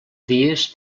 dies